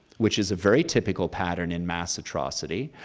which is a very typical pattern in mass atrocity,